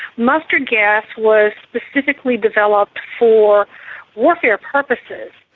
mustard gas was specifically developed for warfare purposes.